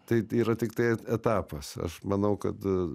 tai yra tiktai etapas aš manau kad